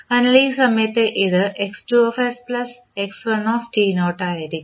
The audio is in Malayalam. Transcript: അതിനാൽ ഈ സമയത്ത് ഇത് X2s x1 ആയിരിക്കും